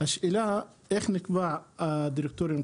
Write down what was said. השאלה איך נקבע הדירקטוריון?